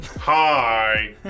hi